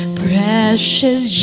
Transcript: precious